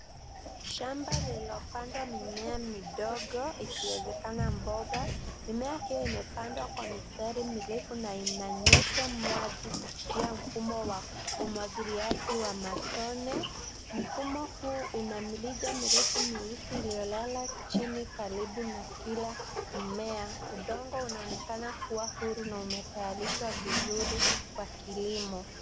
Shamba lililopandwa mimea midogo ikiwezekana mboga. Mimea hiyo imepandwa kwa mistari mirefu na inanyweshwa maji kupitia mfumo wa umwagiliaji wa matone. Mfumo huu unamirija mirefu mieusi iliyolala chini karibu na kila mmea. Udongo unaonekana kuwa huru na umetayarishwa vizuri kwa kilimo.